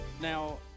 Now